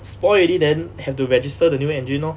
spoil already then have to register the new engine lor